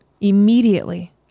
Immediately